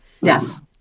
Yes